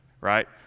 right